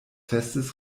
festes